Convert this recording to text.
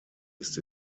ist